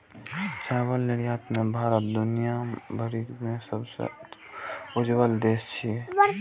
चावल निर्यात मे भारत दुनिया भरि मे सबसं अव्वल देश छियै